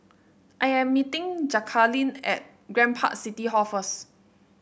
I am meeting Jacalyn at Grand Park City Hall first